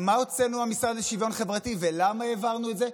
מה הוצאנו מהמשרד לשוויון חברתי ולמה העברנו את זה?